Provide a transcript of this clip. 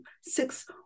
six